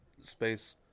space